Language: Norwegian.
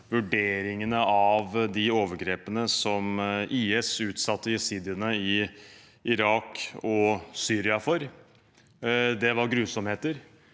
vurderingene av de overgrepene IS utsatte jesidiene i Irak og Syria for. Det var grusomheter,